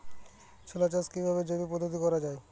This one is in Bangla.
ছোলা চাষ কিভাবে জৈব পদ্ধতিতে করা যায়?